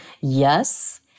yes